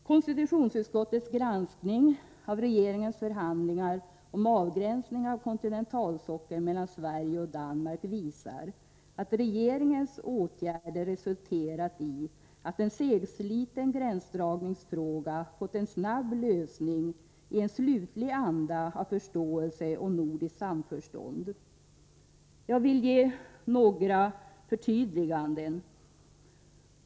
Konstitutionsutskottets granskning av regeringens förhandlingar om avgränsning av kontinentalsockeln mellan Sverige och Danmark visar att regeringens åtgärder resulterat i att en segsliten gränsdragningsfråga fått en snabb lösning i en slutlig anda av förståelse och nordiskt samförstånd. Jag vill göra några förtydliganden.